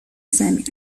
زمین